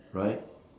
right